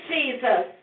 Jesus